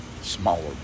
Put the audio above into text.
smaller